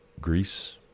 Greece